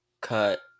cut